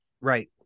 right